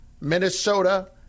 Minnesota